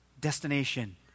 destination